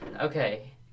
Okay